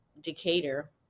Decatur